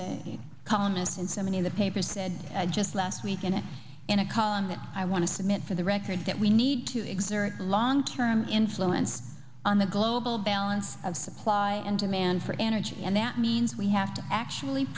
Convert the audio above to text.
a columnist and so many of the papers said just last week and in a column that i want to submit for the record that we need to exert long term influence on the global balance of supply and demand for energy and that means we have to actually